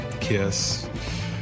kiss